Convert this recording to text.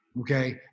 Okay